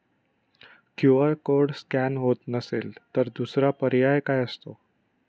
QR code scan होत नसेल तर दुसरा पर्याय काय असतो?